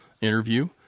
interview